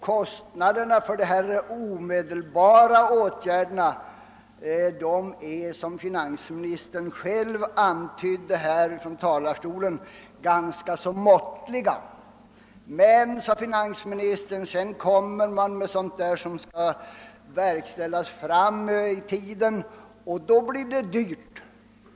Kostnaderna för de åtgärder som vi föreslår skall vidtas omedelbart är, som finansministern själv antydde från talarstolen, ganska måttliga. Men, sade finansministern, sedan kommer man med förslag som skall verkställas längre fram i tiden, och då blir det dyrt.